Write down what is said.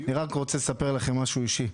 אני רק רוצה לספר לכם משהו אישי.